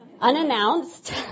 unannounced